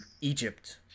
Egypt